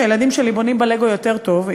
שהילדים שלי בונים בלגו יותר טוב.